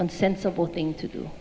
and sensible thing to do